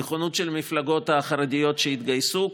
נכונות של המפלגות החרדיות שהתגייסו,